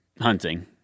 hunting